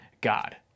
God